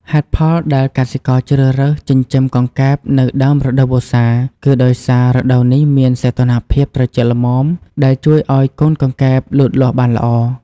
ហេតុផលដែលកសិករជ្រើសរើសចិញ្ចឹមកង្កែបនៅដើមរដូវវស្សា គឺដោយសាររដូវនេះមានសីតុណ្ហភាពត្រជាក់ល្មម ដែលជួយឲ្យកូនកង្កែបលូតលាស់បានល្អ។